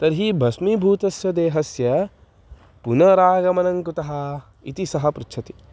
तर्हि भस्मीभूतस्य देहस्य पुनरागमनं कुतः इति सः पृच्छति